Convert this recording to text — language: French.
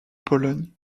pologne